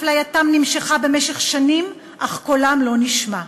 אפלייתם נמשכה במשך שנים, אך קולם לא נשמע.